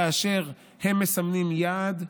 כאשר הם מסמנים יעד,